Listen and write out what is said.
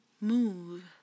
move